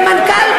ומנכ"ל,